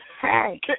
Hey